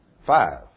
Five